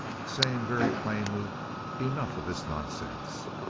saying very plainly enough of this nonsense.